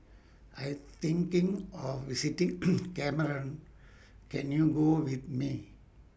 I Am thinking of visiting Cameroon Can YOU Go with Me